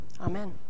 amen